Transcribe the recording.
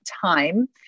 time